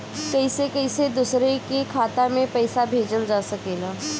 कईसे कईसे दूसरे के खाता में पईसा भेजल जा सकेला?